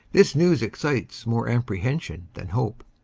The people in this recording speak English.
this news excites more apprehension than hope.